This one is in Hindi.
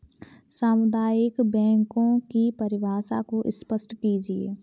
सामुदायिक बैंकों की परिभाषा को स्पष्ट कीजिए?